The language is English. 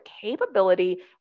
capability